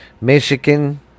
Michigan